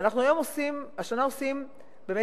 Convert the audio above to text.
אבל השנה אנחנו עושים תקדים.